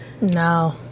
No